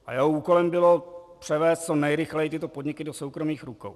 A jeho úkolem bylo převést co nejrychleji tyto podniky do soukromých rukou.